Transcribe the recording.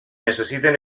necessiten